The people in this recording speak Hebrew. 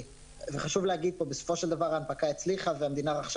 חשוב להגיד פה שבסופו של דבר ההנפקה הצליחה והמדינה רכשה